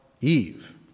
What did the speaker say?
Eve